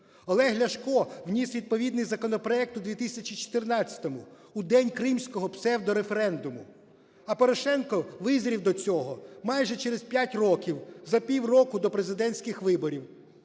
Олег Ляшко вніс відповідний законопроект у 2014-му - у день кримськогопсевдореферендуму. А Порошенко визрів до цього майже через 5 років, за півроку до президентських виборів.